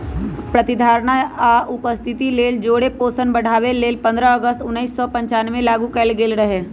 प्रतिधारणा आ उपस्थिति लेल जौरे पोषण बढ़ाबे लेल पंडह अगस्त उनइस सौ पञ्चानबेमें लागू कएल गेल रहै